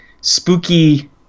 spooky